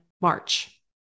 March